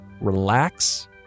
Relax